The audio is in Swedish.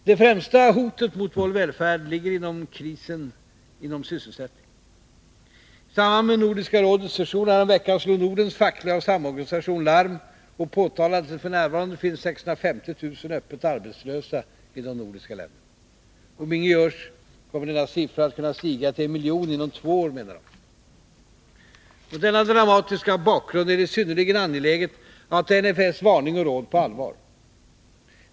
Det främsta hotet mot vår välfärd ligger i krisen inom sysselsättningen. I samband med Nordiska rådets session häromveckan slog Nordens fackliga samorganisation larm och påtalade att det f. n. finns 650 000 öppet arbetslösa i de nordiska länderna. Om inget görs, kommer denna siffra att kunna stiga till en miljon inom två år, menar NFS. Mot denna dramatiska bakgrund är det synnerligen angeläget att ta NFS varning och råd på allvar.